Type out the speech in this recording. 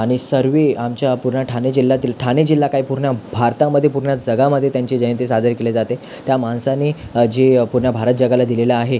आणि सर्व आमच्या पूर्ण ठाणे जिल्ह्यातील ठाणे जिल्हा काय पूर्ण भारतामध्ये पूर्ण जगामध्ये त्यांची जयंती साजरी केली जाते त्या माणसाने जे पूर्ण भारत जगाला दिलेलं आहे